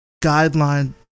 guideline